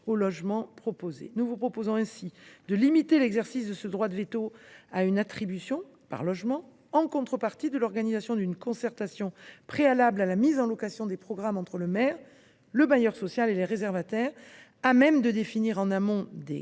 Nous vous proposons ainsi de limiter l’exercice de ce droit de veto à une attribution par logement en contrepartie de l’organisation d’une concertation préalable à la mise en location des programmes entre le maire, le bailleur social et les réservataires, à même de définir, en amont des